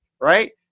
right